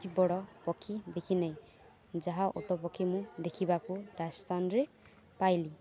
କି ବଡ଼ ପକ୍ଷୀ ଦେଖି ନାହିଁ ଯାହା ଓଟ ପକ୍ଷୀ ମୁଁ ଦେଖିବାକୁ ରାଜସ୍ଥାନରେ ପାଇଲି